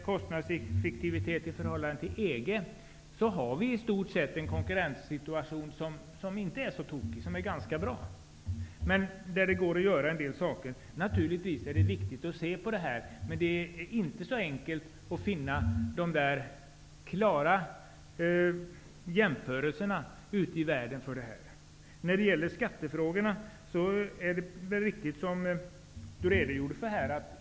Konstnadseffektiviten i förhållande till EG visar på en konkurrenssituation som inte är så tokig. Men det går att göra en del saker. Det är naturligtvis viktigt att se över denna fråga. Men det är inte så enkelt att finna de klara jämförelserna ute i världen. Vidare har vi frågan om skatterna. Christer Windén gav en riktig redogörelse i denna fråga.